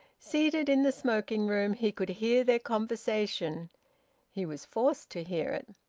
seated in the smoking-room he could hear their conversation he was forced to hear it.